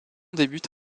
débute